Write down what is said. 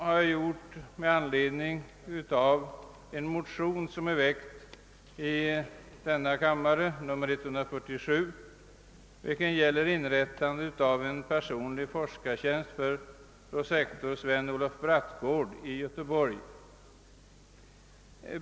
Jag har gjort det med anledning av motionen II: 147 som gäller inrättande av en personlig forskartjänst för prosektor Sven Olof Brattgård i Göteborg.